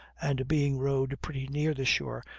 and being rowed pretty near the shore,